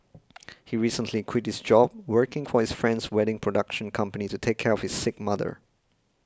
he recently quit his job working for his friend's wedding production company to take care of his sick mother